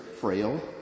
frail